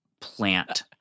plant